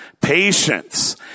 patience